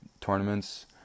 tournaments